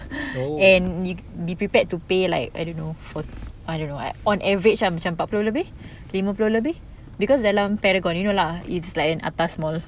oh